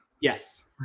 Yes